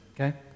okay